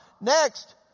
next